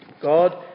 God